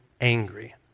angry